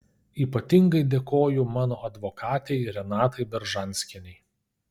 ypatingai dėkoju mano advokatei renatai beržanskienei